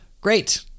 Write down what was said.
great